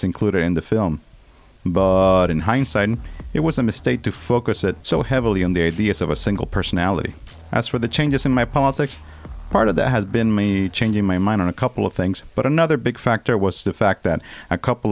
included in the film buuuuuuut in hindsight it was a mistake to focus it so heavily on the ideas of a single personality as for the changes in my politics part of that has been me changing my mind on a couple of things but another big factor was the fact that a couple